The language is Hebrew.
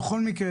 בכל מקרה,